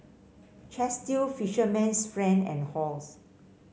Chesdale Fisherman's Friend and Halls